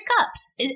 cups